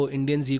Indian